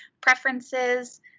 preferences